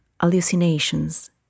hallucinations